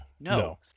no